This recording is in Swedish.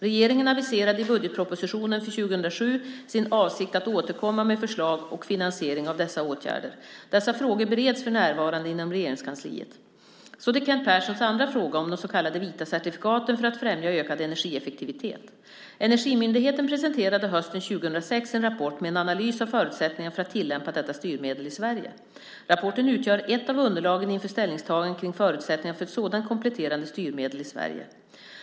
Regeringen aviserade i budgetpropositionen för 2007 sin avsikt att återkomma med förslag och finansiering av dessa åtgärder. Dessa frågor bereds för närvarande inom Regeringskansliet. Så till Kent Perssons andra fråga om de så kallade vita certifikaten för att främja ökad energieffektivitet. Energimyndigheten presenterade hösten 2006 en rapport med en analys av förutsättningarna för att tillämpa detta styrmedel i Sverige. Rapporten utgör ett av underlagen inför ställningstaganden kring förutsättningarna för ett sådant kompletterande styrmedel i Sverige.